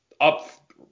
up